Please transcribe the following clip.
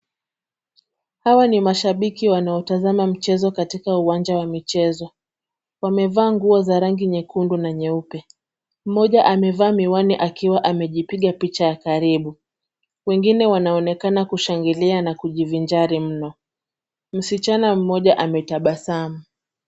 Hawa ni mashabiki wanaotazama mchezo katika uwanja wa michezo. Wamevaa nguo za rangi nyekundu na nyeupe. Mmoja amevaa miwani akiwa amejipiga picha ya karibu, wengine wanaonekana kushangilia na kujivinjari mno. Msichana mmoja ametabasamu.